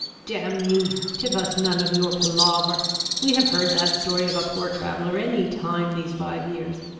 damn me, tip us none of your palaver we have heard that story of a poor traveller any time these five years.